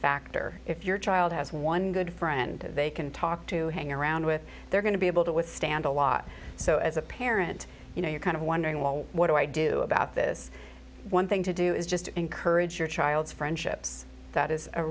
factor if your child has one good friend they can talk to hang around with they're going to be able to withstand a lot so as a parent you know you're kind of wondering well what do i do about this one thing to do is just encourage your child's friendships that is a